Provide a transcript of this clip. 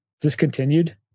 discontinued